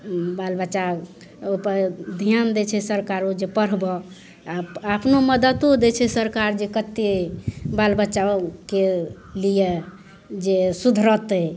बाल बच्चा ओइपर ध्यान दै छै सरकारो जे पढ़बऽ आओर अपनो मदतो दै छै सरकार जे कत्ते बाल बच्चाके लिये जे सुधरतय